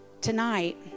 Tonight